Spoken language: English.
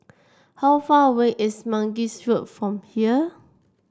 how far away is Mangis Road from here